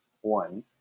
one